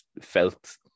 felt